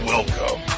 Welcome